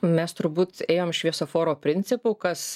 mes turbūt ėjom šviesoforo principu kas